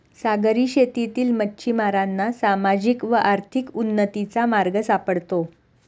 सागरी शेतीतील मच्छिमारांना सामाजिक व आर्थिक उन्नतीचा मार्ग सापडतो